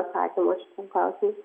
atsakymo šitam klausimui